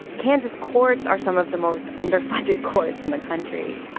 kansas courts are some of the most underfunded courts in the country.